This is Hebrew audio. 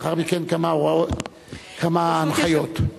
לאחר מכן, כמה הנחיות.